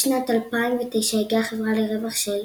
בשנת 2009 הגיעה החברה לרווח של